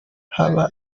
haba